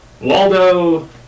Waldo